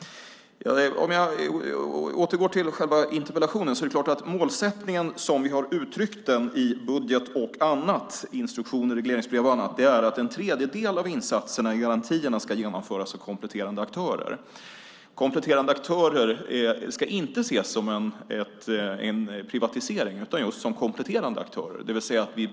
Om jag återgår till själva interpellationen vill jag peka på att målsättningen, som vi har uttryckt den i budget, instruktioner, regleringsbrev och annat, självklart är att en tredjedel av insatserna i garantierna ska genomföras av kompletterande aktörer. Kompletterande aktörer ska inte ses som en privatisering utan just som kompletterande aktörer.